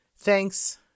thanks